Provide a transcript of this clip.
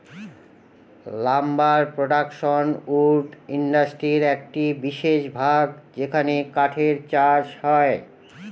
lumber production wood ইন্ডাস্ট্রির একটি বিশেষ ভাগ যেখানে কাঠের চাষ হয়